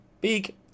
big